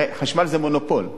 הרי חשמל זה מונופול.